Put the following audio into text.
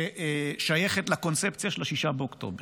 ששייכת לקונספציה של 6 באוקטובר.